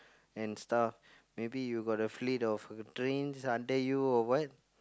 and stuff maybe you got the fleet of trains under you or what